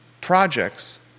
projects